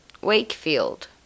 Wakefield